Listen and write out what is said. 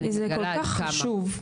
זה כל כך חשוב.